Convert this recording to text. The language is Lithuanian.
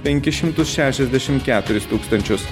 penkis šimtus šešiasdešim keturis tūkstančius